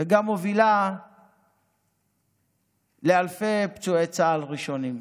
וגם הובילה לאלפי פצועי צה"ל הראשונים.